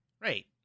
Right